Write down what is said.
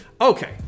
Okay